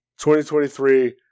2023